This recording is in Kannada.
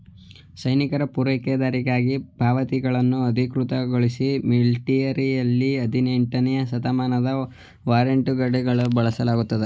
ಸೈನಿಕರು ಪೂರೈಕೆದಾರರಿಗೆ ಪಾವತಿಗಳನ್ನು ಅಧಿಕೃತಗೊಳಿಸಲು ಮಿಲಿಟರಿಯಿಂದ ಹದಿನೆಂಟನೇ ಶತಮಾನದಲ್ಲಿ ವಾರೆಂಟ್ಗಳನ್ನು ಬಳಸಲಾಗಿತ್ತು